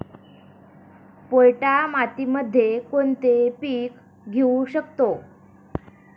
पोयटा मातीमध्ये कोणते पीक घेऊ शकतो?